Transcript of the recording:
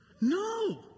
No